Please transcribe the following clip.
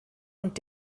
und